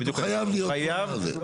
הוא חייב להיות בדבר הזה.